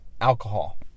alcohol